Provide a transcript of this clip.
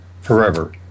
forever